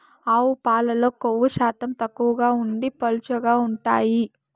ఆవు పాలల్లో కొవ్వు శాతం తక్కువగా ఉండి పలుచగా ఉంటాయి